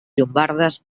llombardes